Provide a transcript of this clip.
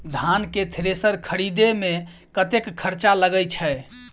धान केँ थ्रेसर खरीदे मे कतेक खर्च लगय छैय?